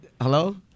Hello